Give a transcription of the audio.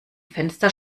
fenster